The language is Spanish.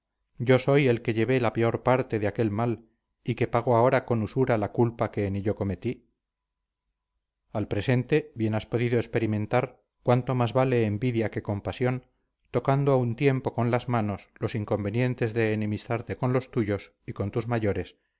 yo soy el que llevé la peor parte de aquel mal y que pago ahora con usura la culpa que en ello cometí al presente bien has podido experimentar cuánto más vale envidia que compasión tocando a un tiempo con las manos los inconvenientes de enemistarte con los tuyos y con tus mayores